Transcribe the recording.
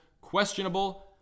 Questionable